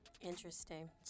Interesting